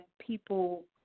people